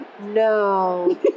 no